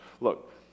look